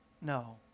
No